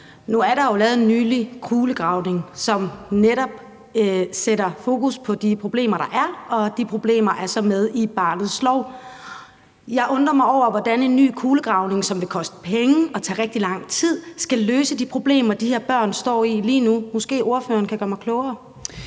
jo for nylig lavet en kulegravning, som netop sætter fokus på de problemer, der er, og de problemer er så med i barnets lov. Jeg undrer mig over, hvordan en ny kulegravning, som vil koste penge og tage rigtig lang tid, skal løse de problemer, de her børn står i lige nu. Måske kan ordføreren gøre mig klogere?